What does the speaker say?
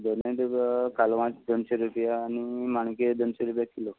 दोनूय तुकां कालवां दोनशें रुपयां आनी माणक्यो दोनशें रुपयां किलो